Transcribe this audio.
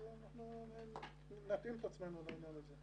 אז אנחנו נתאים את עצמנו לעניין הזה.